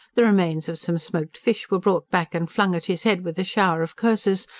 the remains of some smoked fish were brought back and flung at his head with a shower of curses,